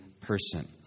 person